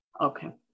Okay